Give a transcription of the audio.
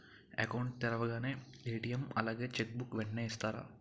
Account తెరవగానే ATM అలాగే cheque book వెంటనే ఇస్తారా?